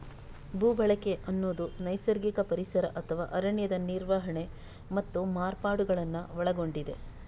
ಭೂ ಬಳಕೆ ಅನ್ನುದು ನೈಸರ್ಗಿಕ ಪರಿಸರ ಅಥವಾ ಅರಣ್ಯದ ನಿರ್ವಹಣೆ ಮತ್ತು ಮಾರ್ಪಾಡುಗಳನ್ನ ಒಳಗೊಂಡಿದೆ